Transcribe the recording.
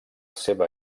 seva